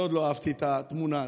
מאוד לא אהבתי את התמונה הזאת.